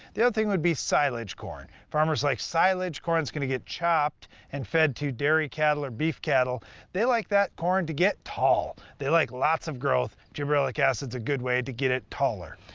the other thing would be silage corn. farmers like silage corn that's going to get chopped and fed to dairy cattle or beef cattle they like that corn to get tall. they like lots of growth gibberellic acid's a good way to get it taller.